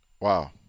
Wow